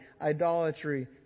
idolatry